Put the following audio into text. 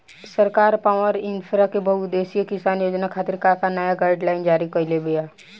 सरकार पॉवरइन्फ्रा के बहुउद्देश्यीय किसान योजना खातिर का का नया गाइडलाइन जारी कइले बा?